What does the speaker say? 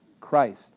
Christ